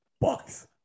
bucks